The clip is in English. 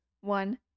one